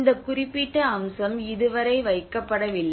இந்த குறிப்பிட்ட அம்சம் இதுவரை வைக்கப்படவில்லை